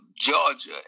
Georgia